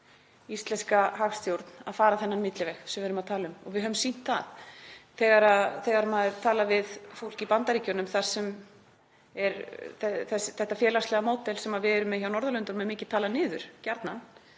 íslenska hagstjórn að fara þennan milliveg sem við erum að tala um og við höfum sýnt það. Þegar maður talar við fólk í Bandaríkjunum, þar sem þetta félagslega módel sem við erum með á Norðurlöndunum er mikið talað niður, er